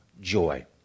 joy